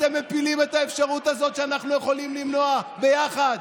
אתם מפילים את האפשרות הזאת שאנחנו יכולים למנוע יחד.